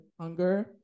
hunger